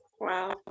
wow